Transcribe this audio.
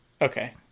Okay